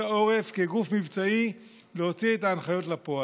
העורף כגוף מבצעי להוציא את ההנחיות לפועל.